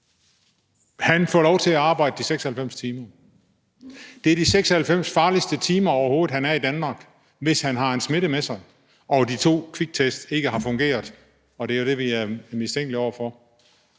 han får lov til at arbejde de 96 timer. Det er de 96 farligste timer overhovedet, han er i Danmark, hvis han har smitte med sig og de to kviktest ikke har fungeret. Og det jo det, vi er mistænkelige over for.